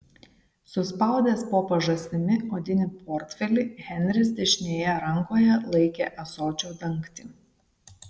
suspaudęs po pažastimi odinį portfelį henris dešinėje rankoje laikė ąsočio dangtį